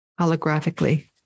holographically